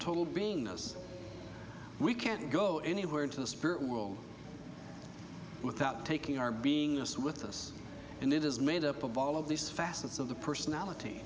total beingness we can't go anywhere into the spirit world without taking our being us with a yes and it is made up of all of these facets of the personality